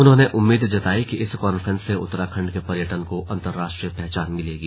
उन्होंने उम्मीद जताई कि इस कॉन्फ्रेंस से उत्तराखंड के पर्यटन को अन्तराष्ट्रीय पहचान मिलेगी